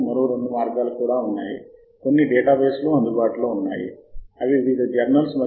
మూడు దశల ప్రక్రియ ఈ స్క్రీన్ షాట్లో వివరించబడింది